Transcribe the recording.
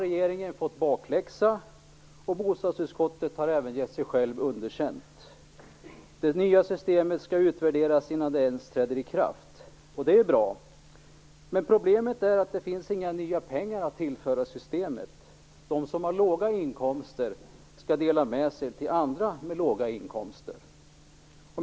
Regeringen har fått bakläxa och bostadsutskottet har även gett sig självt underkänt. Det nya systemet skall utvärderas innan det ens träder i kraft. Det är ju bra. Men problemet är att det inte finns några nya pengar att tillföra systemet. De som har låga inkomster skall dela med sig till andra med låga inkomster.